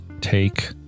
take